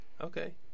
Okay